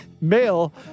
male